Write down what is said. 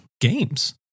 games